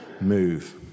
move